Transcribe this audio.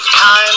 time